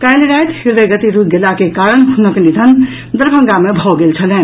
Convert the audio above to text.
काल्हि राति हृदयगति रूकि गेला के कारण हुनक निधन दरभंगा मे भऽ गेल छलनि